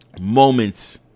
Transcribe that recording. moments